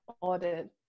audit